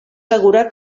segura